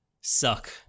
suck